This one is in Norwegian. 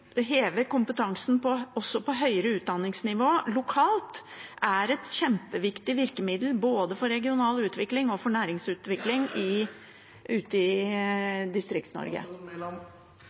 å heve kompetansen også på høyere utdanningsnivå lokalt er et kjempeviktig virkemiddel både for regional utvikling og for næringsutvikling i Distrikts-Norge? Dette punktet er ikke behandlet i